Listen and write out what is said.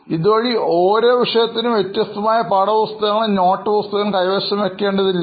ഇതുവഴി ഓരോ വിഷയത്തിനും വ്യത്യസ്തമായ പാഠപുസ്തകങ്ങളും നോട്ടുബുക്കുകളും കൈവശം വെക്കേണ്ടതില്ല